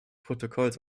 protokolls